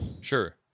Sure